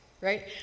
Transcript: right